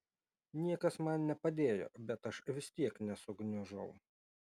niekas man nepadėjo bet aš vis tiek nesugniužau